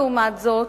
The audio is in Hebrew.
לעומת זאת,